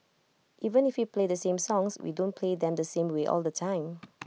even play the same songs we don't play them the same way all the time